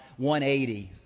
180